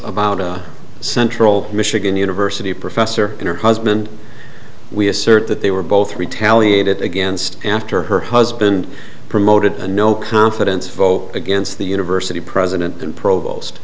about a central michigan university professor and her husband we assert that they were both retaliated against after her husband promoted a no confidence vote against the university president and provost